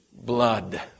blood